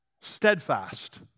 steadfast